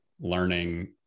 learning